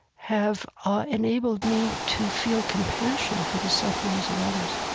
have ah enabled me to feel compassion for the sufferings of others.